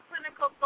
clinical